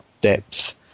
depth